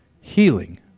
healing